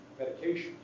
medications